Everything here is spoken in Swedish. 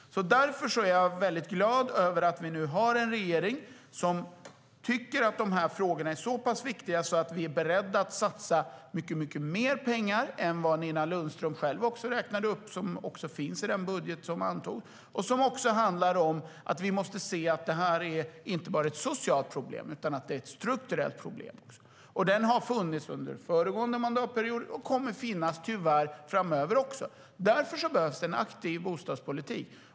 Därför är jag glad över att vi nu har en regering som tycker att frågorna är så pass viktiga att vi är beredda att satsa mycket mer pengar än vad Nina Lundström själv räknade upp, som också finns i den antagna budgeten. Det är ett socialt och strukturellt problem. Problemet fanns under den föregående mandatperioden och kommer att finnas, tyvärr, framöver också. Därför behövs en aktiv bostadspolitik.